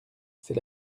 c’est